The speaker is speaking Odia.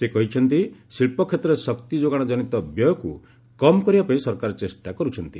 ସେ କହିଛନ୍ତି ଶିଳ୍ପ କ୍ଷେତ୍ରରେ ଶକ୍ତି ଯୋଗାଣଜନିତ ବ୍ୟୟକୁ କମ୍ କରିବାପାଇଁ ସରକାର ଚେଷ୍ଟା କର୍ଚ୍ଛନ୍ତି